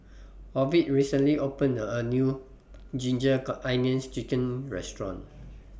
Ovid recently opened A New Ginger Car Onions Chicken Restaurant